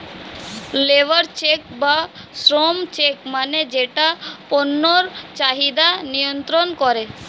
labour check বা শ্রম check মানে যেটা পণ্যের চাহিদা নিয়ন্ত্রন করে